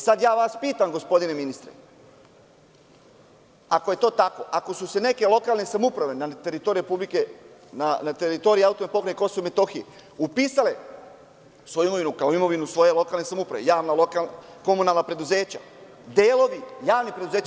Sad ja vas pitam, gospodine ministre, ako je to tako, ako su neke lokalne samouprave na teritoriji republike na teritoriji AP Kosova i Metohije upisale svoju imovinu kao imovinu svoje lokalne samouprave, javna komunalna preduzeća, delovi javnih preduzeća…